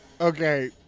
Okay